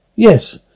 Yes